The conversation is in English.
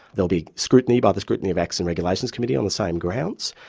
there'll be scrutiny by the scrutiny of acts and regulations committee on the same grounds.